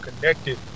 connected